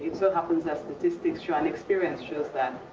so happens that statistics show and experience shows that